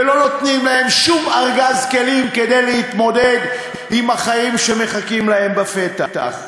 ולא נותנים להם שום ארגז כלים להתמודד עם החיים שמחכים להם בפתח.